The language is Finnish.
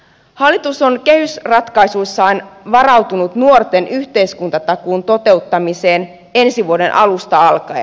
hallitus on kehysratkaisuissaan varautunut nuorten yhteiskuntatakuun toteuttamiseen ensi vuoden alusta alkaen